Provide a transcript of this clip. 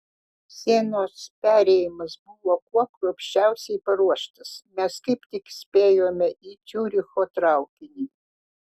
sienos perėjimas buvo kuo kruopščiausiai paruoštas mes kaip tik spėjome į ciuricho traukinį